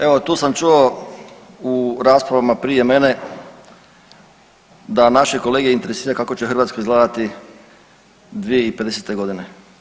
Evo tu sam čuo u raspravama prije mene da naše kolege interesira kako će Hrvatska izgledati 2050.g.